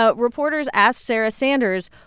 ah reporters asked sarah sanders,